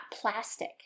plastic